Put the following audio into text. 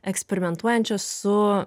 eksperimentuojančią su